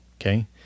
Okay